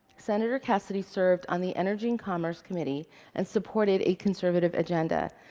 sen. cassidy served on the energy and commerce committee and supported a conservative agenda.